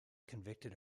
convicted